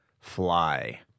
fly